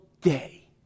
day